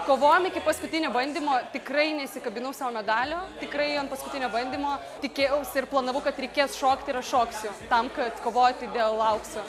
kovojom iki paskutinio bandymo tikrai nesikabinau sau medalio tikrai ant paskutinio bandymo tikėjausi ir planavau kad reikės šokti ir aš šoksiu tam kad kovoti dėl aukso